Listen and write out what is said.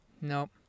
Nope